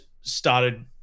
started